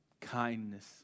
kindness